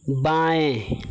बाएँ